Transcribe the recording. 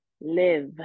live